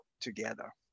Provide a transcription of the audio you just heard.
together